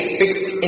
fixed